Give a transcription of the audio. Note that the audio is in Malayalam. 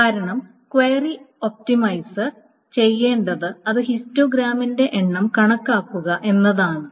കാരണം ക്വയറി ഒപ്റ്റിമൈസർ ചെയ്യേണ്ടത് അത് ഹിസ്റ്റോഗ്രാമിന്റെ എണ്ണം കണക്കാക്കുക എന്നതാണ്